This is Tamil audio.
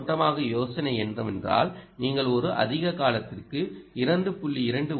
ஒட்டுமொத்தமாக யோசனை என்னவென்றால் நீங்கள் ஒரு அதிக காலத்திற்கு 2